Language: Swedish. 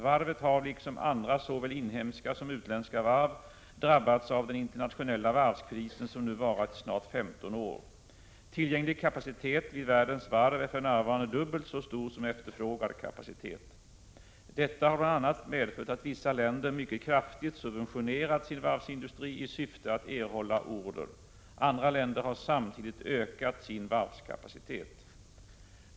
Varvet har, liksom andra såväl inhemska som utländska varv, drabbats av den internationella varvskrisen som nu varat isnart 15 år. Tillgänglig kapacitet vid världens varv är för närvarande dubbelt så stor som efterfrågad kapacitet. Detta har bl.a. medfört att vissa länder mycket kraftigt subventionerat sin varvsindustri i syfte att erhålla order. Andra länder har samtidigt utökat sin varvskapacitet.